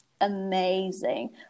amazing